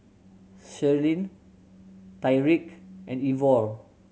Sherlyn Tyreek and Ivor